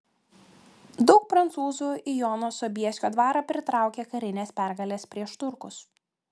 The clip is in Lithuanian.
daug prancūzų į jono sobieskio dvarą pritraukė karinės pergalės prieš turkus